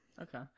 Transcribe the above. Okay